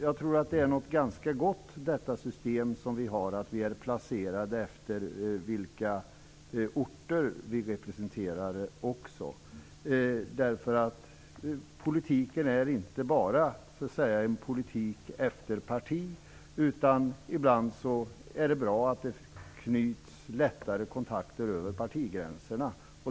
Jag tror att det system som vi har är ganska gott, dvs. att vi är placerade efter vilka orter vi representerar. Politiken är inte bara en politik efter parti. Ibland är det bra att det lätt knyts kontakter över partigränserna.